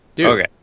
Okay